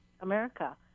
America